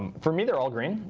for me they're all green.